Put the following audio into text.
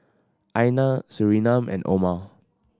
Aina Surinam and Omar